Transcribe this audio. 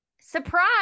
Surprise